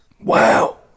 Wow